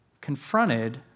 confronted